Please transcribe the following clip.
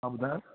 हा ॿुधायो